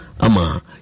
ama